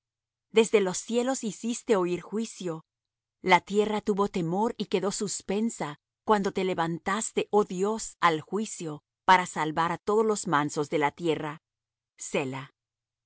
desde los cielos hiciste oir juicio la tierra tuvo temor y quedó suspensa cuando te levantaste oh dios al juicio para salvar á todos los mansos de la tierra